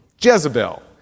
Jezebel